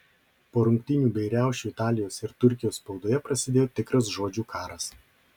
po rungtynių bei riaušių italijos ir turkijos spaudoje prasidėjo tikras žodžių karas